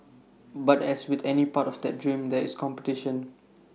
but as with any part of that dream there is competition